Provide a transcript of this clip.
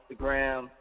Instagram